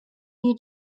you